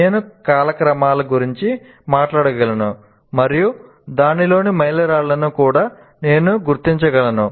నేను కాలక్రమాల గురించి మాట్లాడగలను మరియు దానిలోని మైలురాళ్లను కూడా నేను గుర్తించగలను